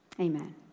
Amen